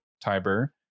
Tiber